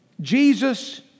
Jesus